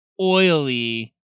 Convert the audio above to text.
oily